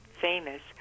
famous